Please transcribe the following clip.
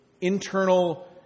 internal